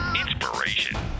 Inspiration